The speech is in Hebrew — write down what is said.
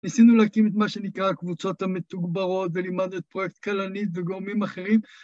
ניסינו להקים את מה שנקרא קבוצות המתוגברות, ולימדנו את פרויקט כלנית וגורמים אחרים...